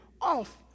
off